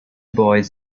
boys